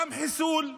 גם חיסול,